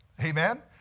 Amen